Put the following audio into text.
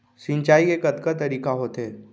सिंचाई के कतका तरीक़ा होथे?